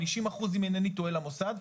50% אם אינני טועה למוסד,